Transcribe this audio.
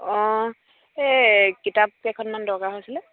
অঁ এই কিতাপকেইখনমান দৰকাৰ হৈছিলে